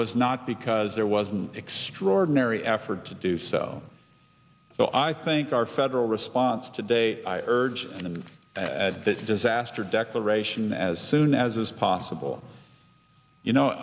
was not because there was an extraordinary effort to do so so i think our federal response today i urge and at that disaster declaration as soon as is possible you know